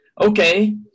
okay